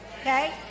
Okay